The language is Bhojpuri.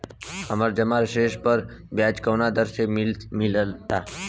हमार जमा शेष पर ब्याज कवना दर से मिल ता?